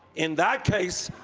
in that case,